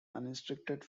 unrestricted